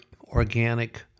organic